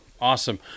Awesome